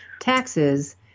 taxes